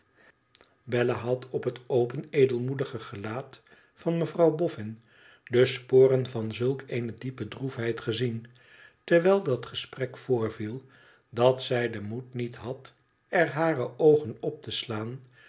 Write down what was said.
bella had op het open edelmoedige gelaat van mevrouw bofün de sporen van zulk eene diepe droefheid gezien terwijl dat gesprek voorviel dat zij den moed niet had er hare oogen op te slaan